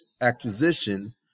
acquisition